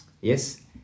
Yes